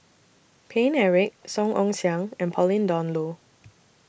Paine Eric Song Ong Siang and Pauline Dawn Loh